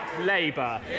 Labour